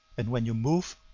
and when you move,